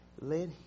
Let